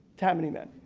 tammany men.